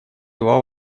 два